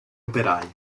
operai